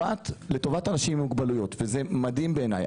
לטובת אנשים עם מוגבלויות, וזה מדהים בעיניי.